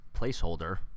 placeholder